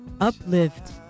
uplift